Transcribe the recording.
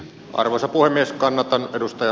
arvoisa puhemies kannattanut edustaja